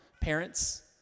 Parents